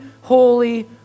holy